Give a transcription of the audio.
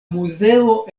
muzeo